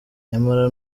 nyamara